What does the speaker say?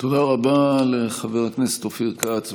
תודה רבה לחבר הכנסת אופיר כץ,